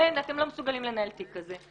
אתם לא מסוגלים לנהל תיק כזה,